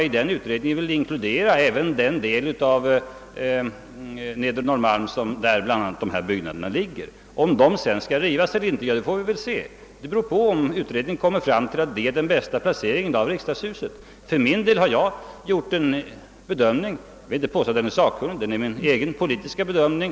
I den utredningen inkluderas även den del av Nedre Norrmalm där bl.a. de nu nämnda byggnaderna ligger. Om husen i fråga skall rivas eller ej får vi väl se. Det beror på om utredningen kommer fram till att den bästa placeringen av riksdagshuset är just där. Jag har gjort en bedömning. Jag påstår inte att den är sakkunnig. Den är min egen personliga bedömning.